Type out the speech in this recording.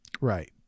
right